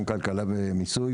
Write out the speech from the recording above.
כלכלה ומיסוי.